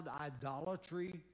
idolatry